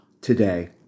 today